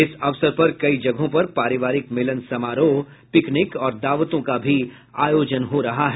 इस अवसर पर कई जगहों पर पारिवारिक मिलन समारोह पिकनिक और दावतों का भी आयोजन हो रहा है